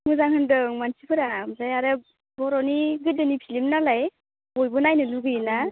मोजां होनदों मानसिफोरा आमफ्राय आरो बर'नि गोदोनि फिलम नालाय बयबो नायनो लुगैयोना